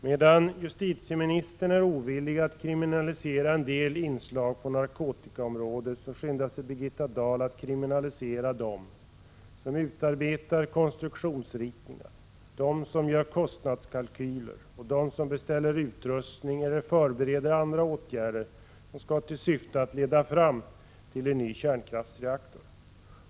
Medan justitieministern är ovillig att kriminalisera en del inslag på narkotikaområdet skyndar sig Birgitta Dahl att kriminalisera dem som utarbetar konstruktionsritningar, dem som gör kostnadskalkyler och dem som beställer utrustning eller förbereder andra åtgärder som har till syfte att leda fram till en ny kärnkraftsreaktor.